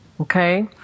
Okay